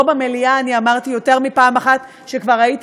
פה במליאה אני אמרתי יותר מפעם אחת שכבר הייתי